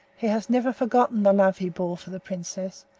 he has never forgotten the love he bore for the princess,